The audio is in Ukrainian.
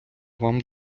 вам